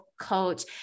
coach